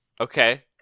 Okay